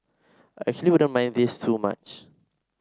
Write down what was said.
I actually wouldn't mind this too much